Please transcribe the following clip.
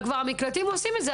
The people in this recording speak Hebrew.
אבל המקלטים כבר עושים את זה,